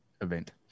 event